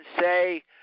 say